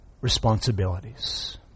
responsibilities